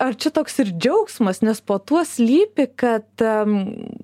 ar čia toks ir džiaugsmas nes po tuo slypi kad um